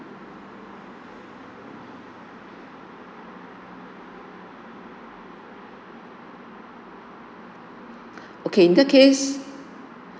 okay in that case